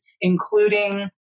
including